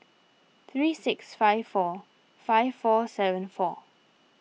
three eight six four five four seven four